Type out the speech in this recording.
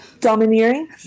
Domineering